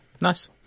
Nice